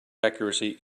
accuracy